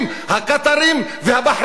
הקטארים והבחריינים,